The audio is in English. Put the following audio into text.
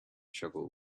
trouble